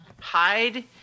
hide